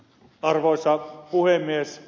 arvoisa puhemies